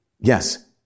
Yes